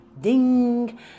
ding